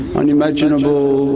unimaginable